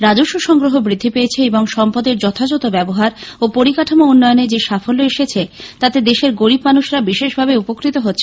রাজস্ব সংগ্রহ বৃদ্ধি পেয়েছে এবং সম্পদের যথাযথ ব্যবহার ও পরিকাঠামো উন্নয়নে যে সাফল্য এসেছে তাতে দেশের গরীব মানুষরা বিশেষভাবে উপকৃত হচ্ছেন